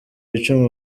icumu